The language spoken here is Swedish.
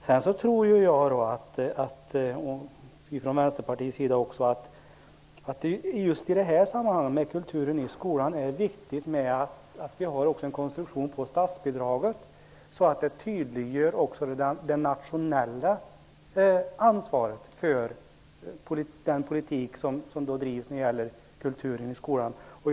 Vi tror inom Vänsterpartiet vidare att det är viktigt att konstruktionen av statsbidraget till kulturen i skolan är sådan att det nationella ansvaret för kulturen i skolan tydliggörs.